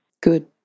good